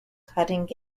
cutting